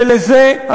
ולזה,